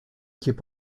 keep